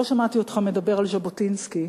לא שמעתי אותך מדבר על ז'בוטינסקי,